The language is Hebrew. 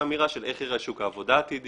האמירה של איך ייראה שוק העבודה העתידי,